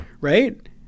Right